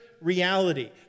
reality